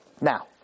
Now